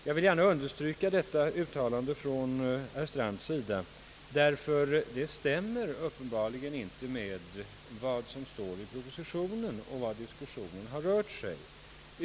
Jag vill gärna understryka detta uttalande av herr Strand, ty det stämmer uppenbarligen inte med vad som står i propositionen och vad diskussionen har rört sig om.